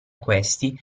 questi